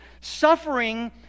suffering